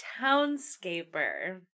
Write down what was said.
Townscaper